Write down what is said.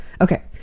Okay